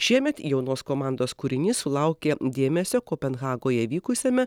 šiemet jaunos komandos kūrinys sulaukė dėmesio kopenhagoje vykusiame